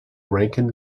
rankin